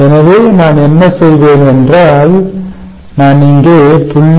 எனவே நான் என்ன செய்வேன் என்றால் நான் இங்கே 0